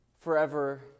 forever